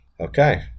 Okay